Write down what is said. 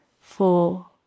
Four